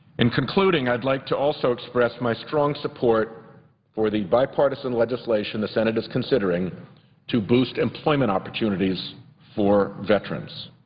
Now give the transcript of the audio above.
in concluding, i'd like to also express my strong support for the bipartisan legislation the senate is considering to boost employment opportunities for veterans.